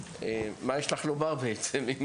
מה יש לך לומר, בעצם?